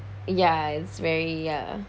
ya it's very ya